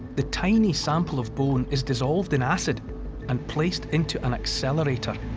the tiny sample of bone is dissolved in acid and placed into an accelerator.